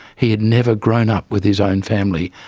he had never grown up with his own family.